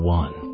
one